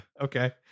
okay